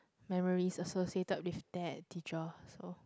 memories associated with that teacher so